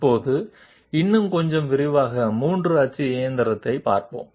ఇప్పుడు మనం 3 axis matching గురించి కొంచెం వివరంగా చూద్దాం